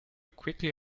quickly